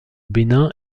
bénin